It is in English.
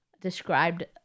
described